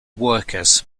workers